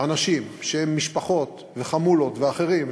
אנשים שהם משפחות וחמולות ואחרים,